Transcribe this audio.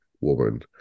woman